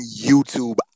YouTube